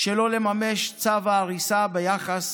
שלא לממש את צו ההריסה ביחס